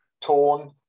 torn